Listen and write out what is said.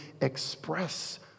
express